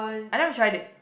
I've never tried it